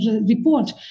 report